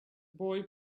boy